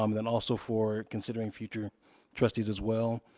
um then also for considering future trustees as well,